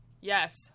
Yes